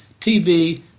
TV